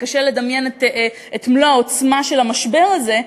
וקשה לדמיין את מלוא העוצמה של המשבר הזה,